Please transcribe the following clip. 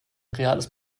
reales